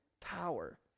power